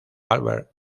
albert